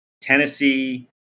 Tennessee